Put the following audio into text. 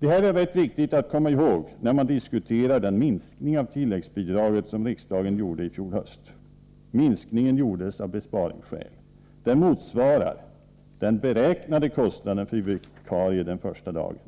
Detta är rätt viktigt att komma ihåg när man diskuterar den minskning av tilläggsbidraget som riksdagen beslutade om i fjol höst. Minskningen gjordes av besparingsskäl. Den motsvarar den beräknade kostnaden för vikarier den första dagen.